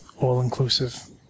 all-inclusive